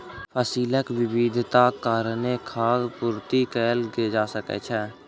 फसीलक विविधताक कारणेँ खाद्य पूर्ति कएल जा सकै छै